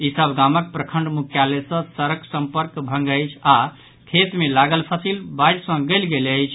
ई सभ गामक प्रखंड मुख्यालय सँ सड़क संपर्क भंग अछि आओर खेत मे लागल फसिल बाढ़ि सँ गलि गेल अछि